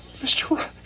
Mr